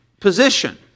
position